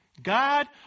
God